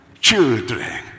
children